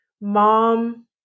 Mom